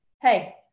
Hey